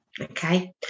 okay